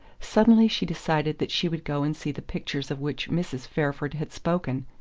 suddenly she decided that she would go and see the pictures of which mrs. fairford had spoken.